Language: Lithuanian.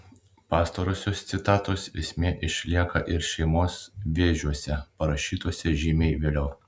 pastarosios citatos esmė išlieka ir šeimos vėžiuose parašytuose žymiai vėliau